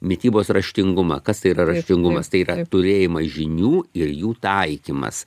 mitybos raštingumą kas tai yra raštingumas tai yra turėjimas žinių ir jų taikymas